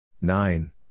Nine